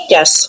Yes